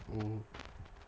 mm